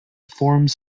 forms